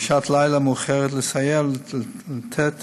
בשעת לילה מאוחרת לסייע ולתת